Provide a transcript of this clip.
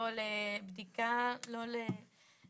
לא לבדיקה,